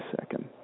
second